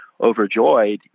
overjoyed